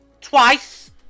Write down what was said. twice